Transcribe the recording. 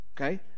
okay